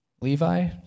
Levi